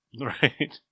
Right